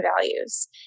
values